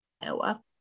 Iowa